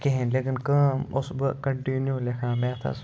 کِہیٖنۍ لیکِن کٲم اوسُس بہٕ کَنٹِنیوٗ لیکھان میتھَس